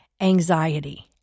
anxiety